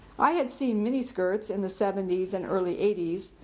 i had seen mini-skirts in the seventy s and early eighty s,